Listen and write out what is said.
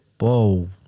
Whoa